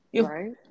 Right